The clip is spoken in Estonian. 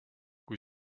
kui